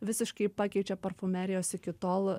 visiškai pakeičia parfumerijos iki tol